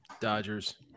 dodgers